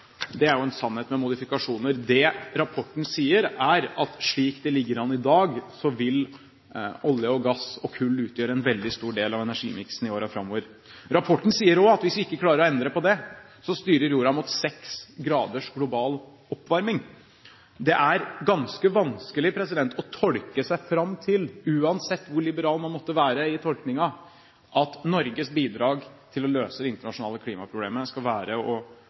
Det er jo en sannhet med modifikasjoner. Det rapporten sier, er at slik det ligger an i dag, vil olje, gass og kull utgjøre en veldig stor del av energimiksen i årene framover. Rapporten sier også at hvis vi ikke klarer å endre på det, så styrer jorda mot 6 grader global oppvarming. Det er ganske vanskelig å tolke seg fram til – uansett hvor liberal man måtte være i tolkningen – at Norges bidrag til å løse det internasjonale klimaproblemet skal være å